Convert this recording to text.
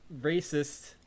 racist